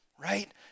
right